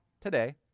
today